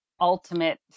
ultimate